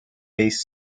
based